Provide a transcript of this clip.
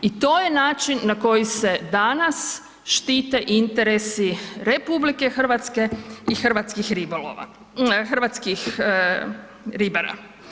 I to je način na koji se danas štite interesi RH i hrvatskih ribolova, hrvatskih ribara.